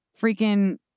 freaking